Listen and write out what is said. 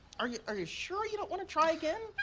are you are you sure you don't wanna try again?